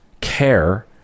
care